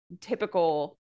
typical